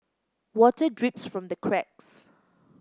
water drips from the cracks